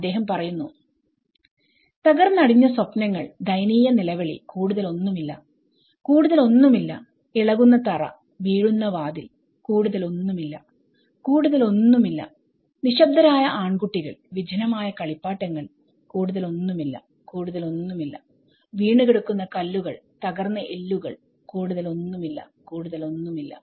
അദ്ദേഹം പറയുന്നു തകർന്നടിഞ്ഞ സ്വപ്നങ്ങൾ ദയനീയ നിലവിളി കൂടുതൽ ഒന്നുമില്ല കൂടുതൽ ഒന്നുമില്ല ഇളകുന്ന തറ വീഴുന്ന വാതിൽ കൂടുതൽ ഒന്നുമില്ല കൂടുതൽ ഒന്നുമില്ല നിശബ്ദരായ ആൺകുട്ടികൾ വിജനമായ കളിപ്പാട്ടങ്ങൾ കൂടുതൽ ഒന്നുമില്ല കൂടുതൽ ഒന്നുമില്ല വീണുകിടക്കുന്ന കല്ലുകൾ തകർന്ന എല്ലുകൾ കൂടുതൽ ഒന്നുമില്ല കൂടുതൽ ഒന്നുമില്ല